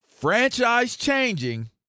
franchise-changing